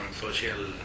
social